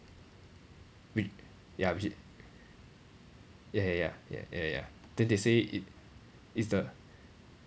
we ya ya ya ya ya ya ya then they say it it's the